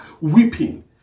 weeping